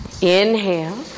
inhale